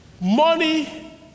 Money